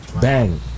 Bang